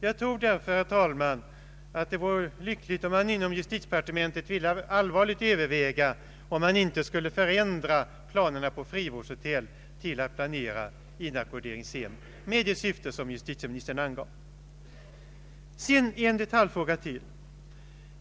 Jag tror därför, herr talman, att det vore lyckligt om justitiedepartementet allvarligt övervägde att lämna planerna på frivårdshotell för att i stället planera inackorderingshem med det syfte som justitieministern angav. Jag skall ta upp ytterligare en detaljfråga.